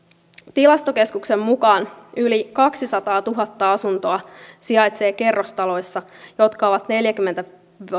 tilastokeskuksen mukaan yli kaksisataatuhatta asuntoa sijaitsee kerrostaloissa jotka ovat neljäkymmentä